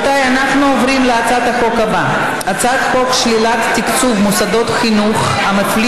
אני קובעת כי הצעת חוק שיווי זכויות האישה (תיקון,